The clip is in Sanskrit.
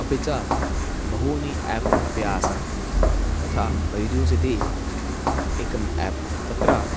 अपि च बहूनि एप् अपि आसन् यथा बैजूस् इति एकम् आप् तत्र